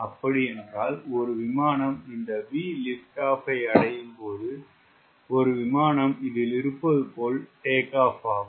அப்படியென்றால் ஒரு விமானம் இந்த VLO அடையும் போது ஒரு விமானம் இதில் இருப்பது போல் டேக் ஆப் ஆகும்